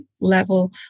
level